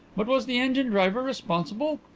but was the engine-driver responsible?